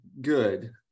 good